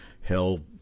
hell